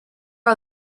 are